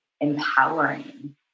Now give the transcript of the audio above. empowering